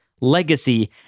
legacy